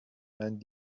and